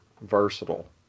versatile